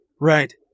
right